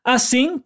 Assim